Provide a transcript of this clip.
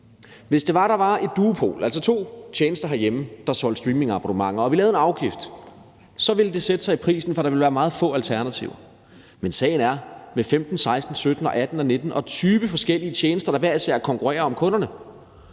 Hvis der var en duopol, altså to tjenester herhjemme, der solgte streamingabonnementer, og vi lavede en afgift, ville det sætte sig i prisen, for der ville være meget få alternativer. Men sagen er, at med 15, 16, 17, 18, 19, 20 forskellige tjenester, der hver især konkurrerer om kunderne,